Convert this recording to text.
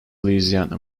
louisiana